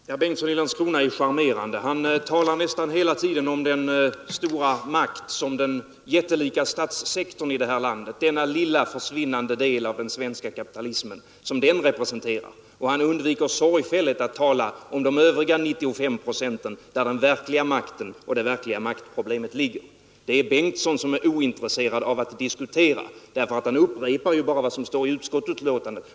Fru talman! Herr Bengtsson i Landskrona är charmerande. Han talar nästan hela tiden om den stora makt som den jättelika statssektorn i det här landet har, den lilla försvinnande del av den svenska kapitalism som den representerar. Han undviker sorgfälligt att tala om de övriga 95 procent där den verkliga makten och det verkliga maktproblemet ligger. Det är herr Bengtsson som är ointresserad av att diskutera; han upprepar ju bara vad som står i utskottsbetänkandet.